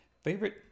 Favorite